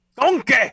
Donkey